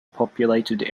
populated